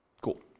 Cool